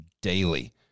daily